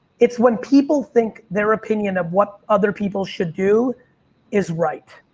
it's when people think their opinion of what other people should do is right.